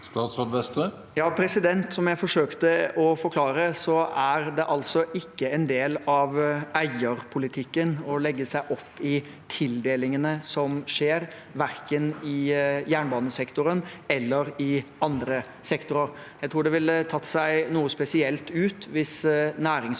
Som jeg forsøkte å forklare, er det ikke en del av eierpolitikken å legge seg opp i tildelingene som skjer, verken i jernbanesektoren eller i andre sektorer. Jeg tror det ville tatt seg noe spesielt ut hvis Nærings- og